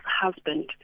husband